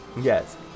Yes